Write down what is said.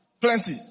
plenty